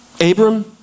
Abram